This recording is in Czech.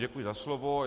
Děkuji za slovo.